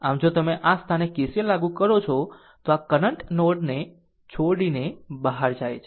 આમ જો તમે આ સ્થાને KCL લાગુ કરો છો તો આ કરંટ નોડ ને છોડીને બહાર જાય છે